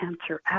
answer